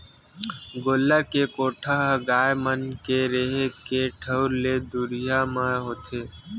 गोल्लर के कोठा ह गाय मन के रेहे के ठउर ले दुरिया म होथे